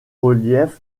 reliefs